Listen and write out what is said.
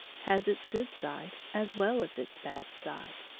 has its good side as well as its bad side!